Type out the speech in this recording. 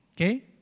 Okay